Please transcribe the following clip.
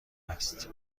است